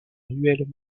ruelle